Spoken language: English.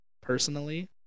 personally